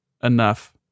enough